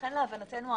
לכן להבנתנו,